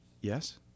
Yes